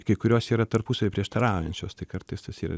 kai kurios yra tarpusavy prieštaraujančios tai kartais tas yra